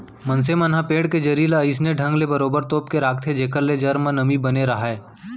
मनसे मन ह पेड़ के जरी ल अइसने ढंग ले बरोबर तोप के राखथे जेखर ले जर म नमी बने राहय